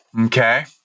Okay